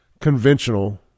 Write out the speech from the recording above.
conventional